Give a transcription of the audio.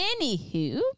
anywho